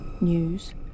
news